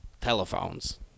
telephones